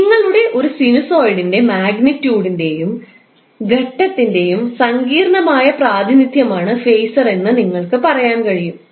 നിങ്ങളുടെ ഒരു സിനുസോയ്ഡിന്റെ മാഗ്നിട്യൂഡിന്റെയും ഘട്ടത്തിന്റെയും magnitude phase സങ്കീർണ്ണമായ പ്രാതിനിധ്യമാണ് ഫേസർ എന്ന് നിങ്ങൾക്ക് പറയാൻ കഴിയും